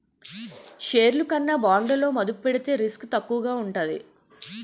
షేర్లు కన్నా బాండ్లలో మదుపు పెడితే రిస్క్ తక్కువగా ఉంటాది